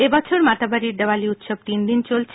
এবছর মাতাবাড়ি দেওয়ালি উৎসব তিনদিন চলছে